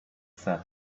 set